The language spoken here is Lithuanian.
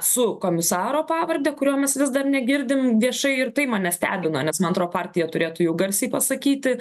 su komisaro pavarde kurio mes vis dar negirdim viešai ir tai mane stebina nes man atrodo partija turėtų jau garsiai pasakyti